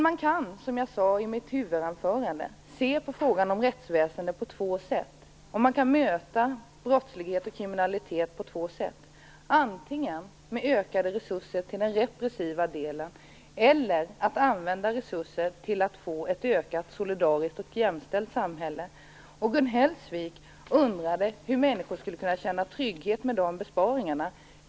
Man kan, som jag sade i mitt huvudanförande, se på frågan om rättsväsende på två sätt, och man kan möta brottslighet och kriminalitet på två sätt: antingen med ökade resurser till den repressiva delen eller genom att använda resurser till att få ett ökat solidariskt och jämställt samhälle. Gun Hellsvik undrade hur människor skall kunna känna trygghet med dessa besparingar.